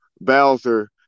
Bowser